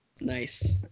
Nice